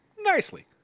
Nicely